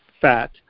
fat